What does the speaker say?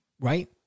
right